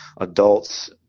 adults